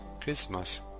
Christmas